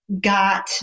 got